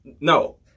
No